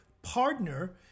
partner